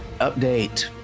update